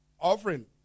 offering